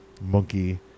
monkey